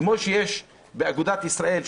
כמו שיש את אגודת ישראל,